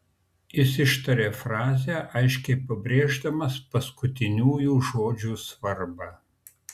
jis ištarė frazę aiškiai pabrėždamas paskutiniųjų žodžių svarbą